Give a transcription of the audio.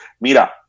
Mira